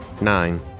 Nine